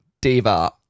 diva